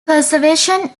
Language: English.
preservation